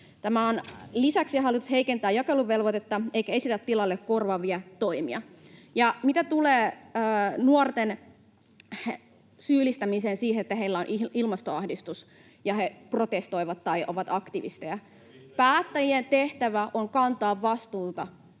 Tämän lisäksi hallitus heikentää jakeluvelvoitetta eikä esitä tilalle korvaavia toimia. Ja mitä tulee nuorten syyllistämiseen, siihen, että heillä on ilmastoahdistus ja he protestoivat tai ovat aktivisteja: päättäjien tehtävä on kantaa vastuuta